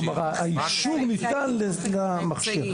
כלומר, האישור ניתן למכשיר.